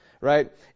right